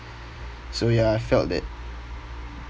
so ya I felt that